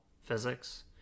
physics